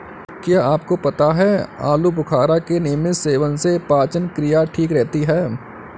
क्या आपको पता है आलूबुखारा के नियमित सेवन से पाचन क्रिया ठीक रहती है?